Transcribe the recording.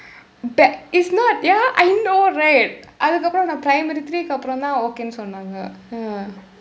but it's not ya I know right அதுக்கு அப்புறம் நான்:athukku appuram naan primary three க்கு அப்புறம் தான்:kku appuram thaan okay சொன்னாங்க:sonnaanga